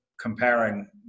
comparing